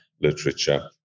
literature